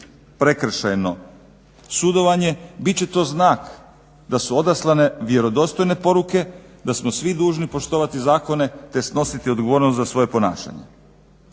prekršajno sudovanje bit će to znak da su odaslane vjerodostojne poruke da smo svi dužni poštovati zakone te snositi odgovornost za svoje ponašanje.